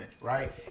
Right